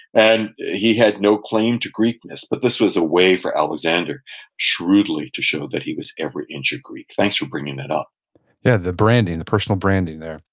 and he had no claim to greekness, but this was a way for alexander shrewdly to show that he was every inch a greek. thanks for bringing that up yeah, the branding, the personal branding there.